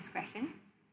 discretion